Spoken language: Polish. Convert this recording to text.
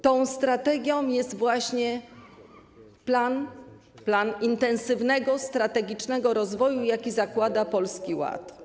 Tą strategią jest właśnie plan intensywnego, strategicznego rozwoju, jaki zakłada Polski Ład.